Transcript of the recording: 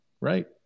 right